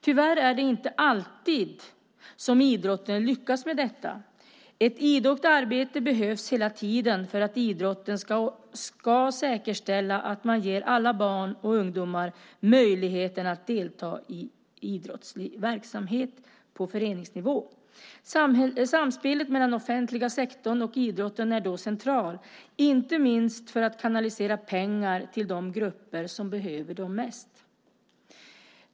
Tyvärr är det inte alltid som idrotten lyckas med detta. Ett idogt arbete behövs hela tiden för att idrotten ska säkerställa att man ger alla barn och ungdomar möjlighet att delta i idrottslig verksamhet på föreningsnivå. Samspelet mellan den offentliga sektorn och idrotten är då central, inte minst för att kanalisera pengar till de grupper som behöver mest stöd.